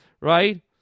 right